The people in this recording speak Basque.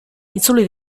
itzuli